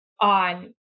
on